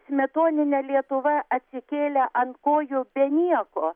smetoninė lietuva atsikėlė ant kojų be nieko